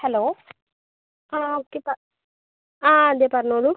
hello ആ okay പ ആ അതെ പറഞ്ഞോളു